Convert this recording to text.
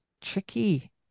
tricky